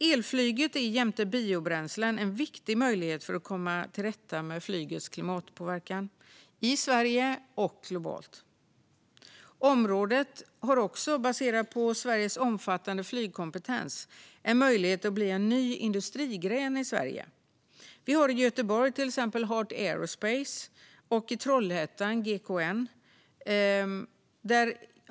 Elflyget är jämte biobränslen en viktig möjlighet för att komma till rätta med flygets klimatpåverkan, i Sverige och globalt. Området har också, baserat på Sveriges omfattande flygkompetens, en möjlighet att bli en ny industrigren i Sverige. Vi har i Göteborg till exempel Heart Aerospace och i Trollhättan GKN.